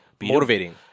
motivating